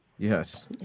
Yes